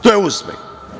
To je uspeh.